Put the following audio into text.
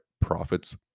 profits